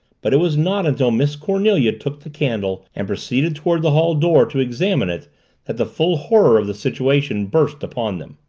but it was not until miss cornelia took the candle and proceeded toward the hall door to examine it that the full horror of the situation burst upon them.